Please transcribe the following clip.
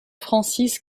francis